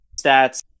stats